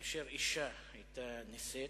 הגעתי לשם,